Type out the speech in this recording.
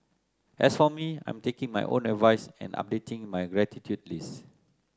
as for me I am taking my own advice and updating my gratitude lists